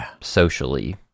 socially